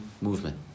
movement